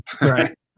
right